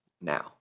now